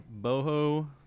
boho